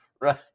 Right